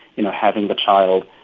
you know, having the child,